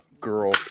girl